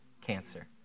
cancer